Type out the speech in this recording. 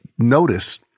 Notice